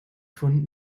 von